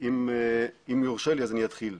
אם יורשה לי אז אני אתחיל.